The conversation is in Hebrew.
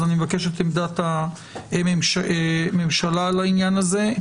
אז אני מבקש את עמדת הממשלה לעניין הזה.